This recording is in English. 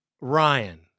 Ryan